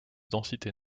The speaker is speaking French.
densité